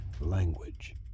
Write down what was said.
language